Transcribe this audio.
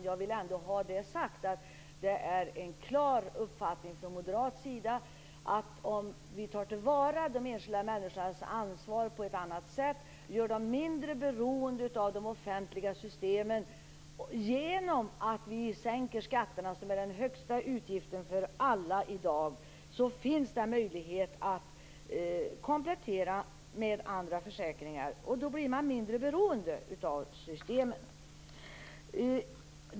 Men jag vill ändå ha det sagt att det är en klar uppfattning från moderat sida, att om vi tar till vara den enskilda människans ansvarstagande och gör denne mindre beroende av de offentliga systemen, genom att sänka skatterna, som är den högsta utgiften för alla i dag, finns det en möjlighet att komplettera med andra försäkringar. Då blir man mindre beroende av systemen.